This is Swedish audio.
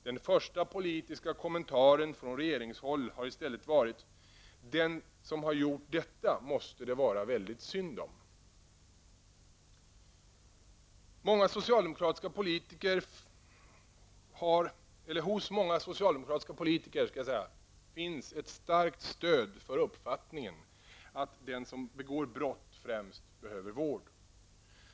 Den första politiska kommentaren från regeringshåll har i stället varit: ''Den som har gjort detta måste det vara väldigt synd om!'' Bland många socialdemokratiska politiker finns det ett starkt stöd för uppfattningen att den som begår brott främst behöver vård.